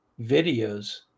videos